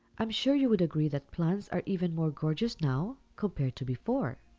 i'm sure you would agree, that plants are even more gorgeous now compared to before!